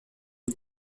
des